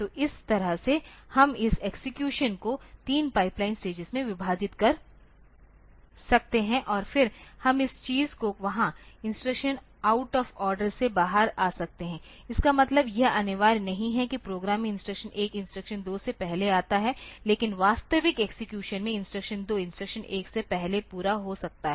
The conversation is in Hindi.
तो इस तरह से हम इस एक्सेक्यूशन को 3 पाइपलाइन स्टेजेस में विभाजित कर सकते हैं और फिर हम इस चीज़ को वहां इंस्ट्रक्शन आउट ऑफ़ आर्डर से बाहर आ सकते हैं इसका मतलब यह अनिवार्य नहीं है कि प्रोग्राम में इंस्ट्रक्शन 1 इंस्ट्रक्शन 2 से पहले आता है लेकिन वास्तविक एक्सेक्यूशन में इंस्ट्रक्शन 2 इंस्ट्रक्शन 1 से पहले पूरा हो सकता है